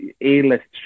A-list